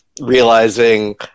realizing